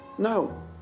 No